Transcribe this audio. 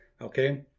okay